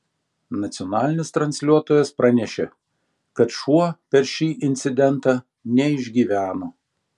nacionalinis transliuotojas pranešė kad šuo per šį incidentą neišgyveno